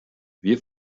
wir